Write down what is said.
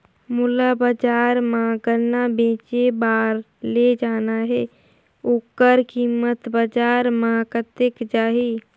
मोला बजार मां गन्ना बेचे बार ले जाना हे ओकर कीमत बजार मां कतेक जाही?